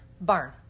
Barn